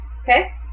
okay